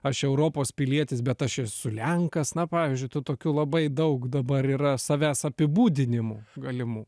aš europos pilietis bet aš esu lenkas na pavyzdžiui tų tokių labai daug dabar yra savęs apibūdinimų galimų